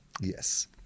Yes